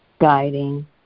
guiding